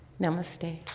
Namaste